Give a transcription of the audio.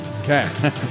Okay